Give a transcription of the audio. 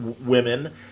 women